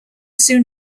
soon